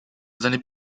seine